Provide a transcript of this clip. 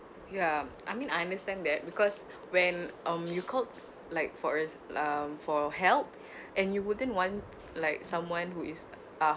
ya I mean I understand that because when um you call like for us um for help and you wouldn't want like someone who is uh